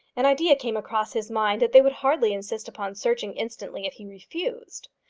an idea came across his mind that they would hardly insist upon searching instantly if he refused.